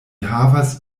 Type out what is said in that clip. havas